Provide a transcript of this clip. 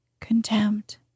contempt